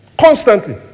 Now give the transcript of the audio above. Constantly